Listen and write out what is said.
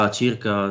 circa